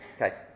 okay